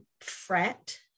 fret